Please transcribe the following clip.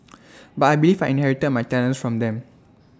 but I believe I inherited my talents from them